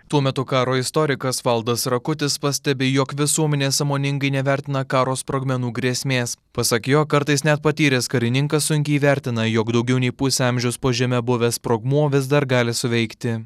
tuo metu karo istorikas valdas rakutis pastebi jog visuomenė sąmoningai nevertina karo sprogmenų grėsmės pasak jo kartais net patyręs karininkas sunkiai įvertina jog daugiau nei pusę amžiaus po žeme buvęs sprogmuo vis dar gali suveikti